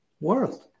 world